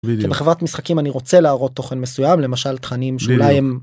חברת משחקים אני רוצה להראות תוכן מסוים למשל תכנים שאולי הם.